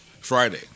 Friday